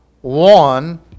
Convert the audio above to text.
one